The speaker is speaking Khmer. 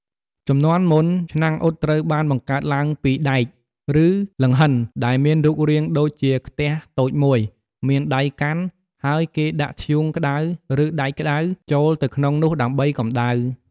ជំនាន់មុន ឆ្នាំងអ៊ុតត្រូវបានបង្កើតឡើងពីដែក ឬលង្ហិន ដែលមានរូបរាងដូចជាខ្ទះតូចមួយ មានដៃកាន់ ហើយគេដាក់ធ្យូងក្តៅ ឬដែកក្តៅចូលទៅក្នុងនោះដើម្បីកម្ដៅ។